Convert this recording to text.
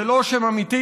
זה לא שם אמיתי,